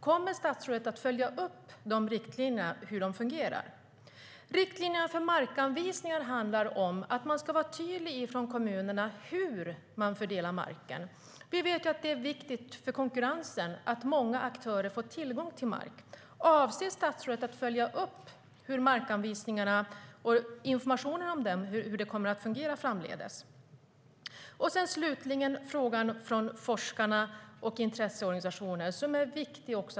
Kommer statsrådet att följa upp hur dessa riktlinjer fungerar? Slutligen vill jag framhålla frågan från forskarna och intresseorganisationerna som är viktig.